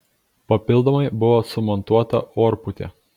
papildomai buvo sumontuota orpūtė